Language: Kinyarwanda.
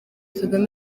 kagame